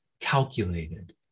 calculated